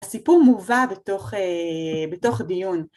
הסיפור מובא בתוך בתוך הדיון